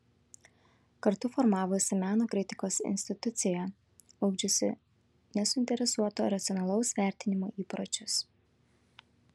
kartu formavosi meno kritikos institucija ugdžiusi nesuinteresuoto racionalaus vertinimo įpročius